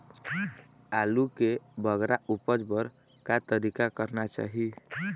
आलू के बगरा उपज बर का तरीका करना चाही?